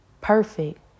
perfect